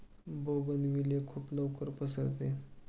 bougainvillea खूप लवकर पसरते